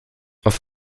auf